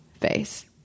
face